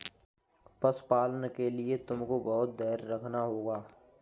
पशुपालन के लिए तुमको बहुत धैर्य रखना होगा